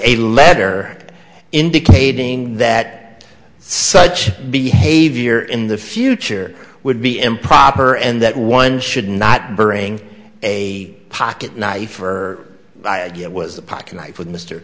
letter indicating that such behavior in the future would be improper and that one should not bring a pocket knife for it was a pocket knife with m